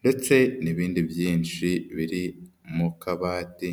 ndetse n'ibindi byinshi biri mu kabati.